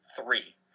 three